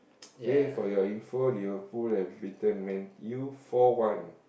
K for your info you pull every turn man you four one